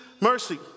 mercy